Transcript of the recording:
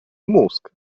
mózg